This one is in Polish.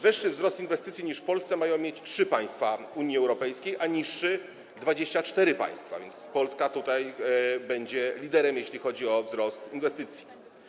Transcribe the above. Wyższy wzrost inwestycji niż w Polsce mają mieć trzy państwa Unii Europejskiej, a niższy 24 państwa, więc Polska będzie liderem, jeśli chodzi o wzrost inwestycji.